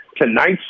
tonight